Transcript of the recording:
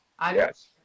Yes